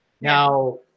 Now